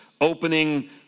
opening